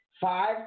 five